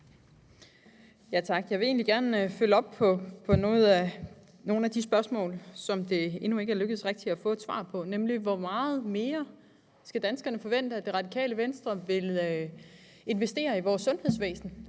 Tak. Jeg vil egentlig gerne følge op på nogle af de spørgsmål, som det endnu ikke rigtig er lykkedes at få et svar på, nemlig: Hvor meget mere skal danskerne forvente, at Det Radikale Venstre vil investere i vores sundhedsvæsen?